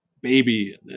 baby